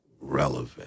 relevant